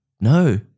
no